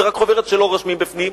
זה רק חוברת שלא רושמים בפנים,